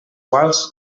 quals